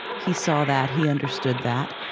he saw that. he understood that.